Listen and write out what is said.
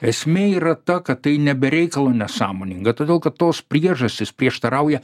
esmė yra ta kad tai ne be reikalo nesąmoninga todėl kad tos priežastys prieštarauja